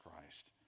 Christ